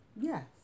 Yes